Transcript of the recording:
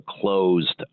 closed